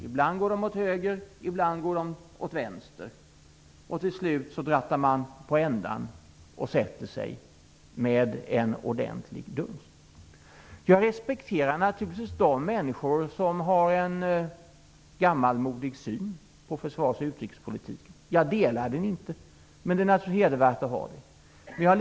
Ibland går de åt höger och ibland åt vänster, och till slut drattar man på ändan och sätter sig med en ordentlig duns. Jag respekterar naturligtvis de människor som har en gammalmodig syn på försvars och utrikespolitiken. Jag delar den inte, men jag tycker naturligtvis att det är hedervärt att ha den synen.